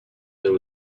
there